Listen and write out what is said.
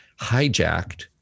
hijacked